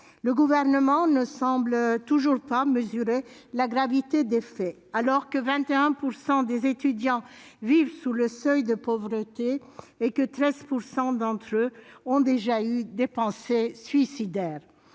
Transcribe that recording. Le Gouvernement ne semble toujours pas mesurer la gravité des faits, alors que 21 % des étudiants vivent sous le seuil de pauvreté et que 13 % d'entre eux ont déjà eu des pensées suicidaires.